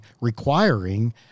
requiring